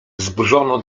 zburzono